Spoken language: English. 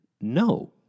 No